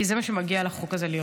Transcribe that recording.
כי זה מה שמגיע לחוק הזה להיות.